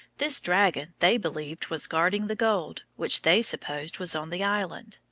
this dragon they believed was guarding the gold which they supposed was on the island.